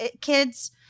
kids